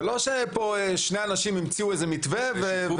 זה לא שכאן שני אנשים המציאו איזה מתווה.